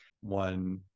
One